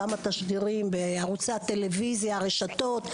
לרתום לכך כמה תשדירים בערוצי הטלוויזיה וברשתות,